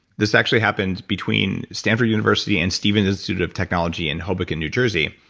this actually happened between stanford university and steven institute of technology in hoboken, new jersey,